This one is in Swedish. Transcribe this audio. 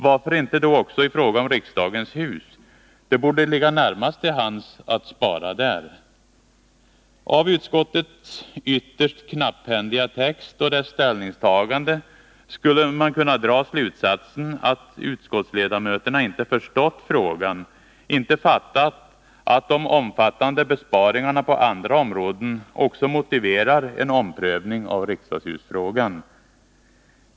Varför inte då också i fråga om riksdagens hus? Det borde ligga närmast till hands att spara där. Av utskottets ytterst knapphändiga text och dess ställningstagande skulle man kunna dra slutsatsen att utskottsledamöterna inte förstått frågan, inte fattat att de omfattande besparingarna på andra områden också motiverar en omprövning av riksdagshusfrågan.